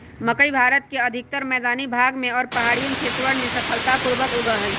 मकई भारत के अधिकतर मैदानी भाग में और पहाड़ियन क्षेत्रवन में सफलता पूर्वक उगा हई